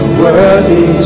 worthy